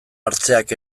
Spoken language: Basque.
hartzeak